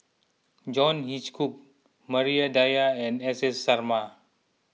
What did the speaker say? John Hitchcock Maria Dyer and S S Sarma